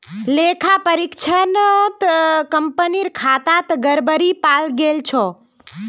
लेखा परीक्षणत कंपनीर खातात गड़बड़ी पाल गेल छ